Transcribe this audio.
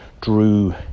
drew